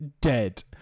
dead